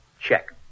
Check